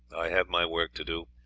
have my work to do,